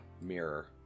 mirror